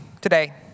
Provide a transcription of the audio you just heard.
today